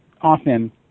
often